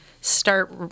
start